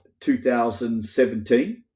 2017